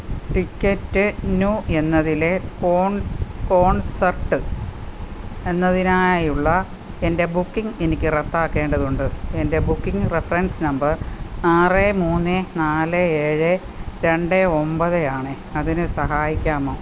ticket new എന്നതിലെ con concert എന്നതിനായുള്ള എൻ്റെ ബുക്കിംഗ് എനിക്ക് റദ്ദാക്കേണ്ടതുണ്ട് എൻ്റെ ബുക്കിംഗ് റഫറൻസ് നമ്പർ ആറ് മൂന്ന് നാല് ഏഴ് രണ്ട് ഒൻപത് ആണ് അതിന് സഹായിക്കാമോ